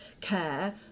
care